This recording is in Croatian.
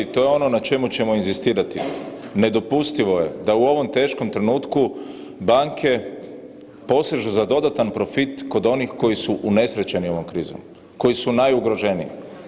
To je ono na čemu ćemo inzistirati, nedopustivo je da u ovom teškom trenutku banke posežu za dodatan profit kod onih koji su unesrećeni ovom krizom, koji su najugroženiji.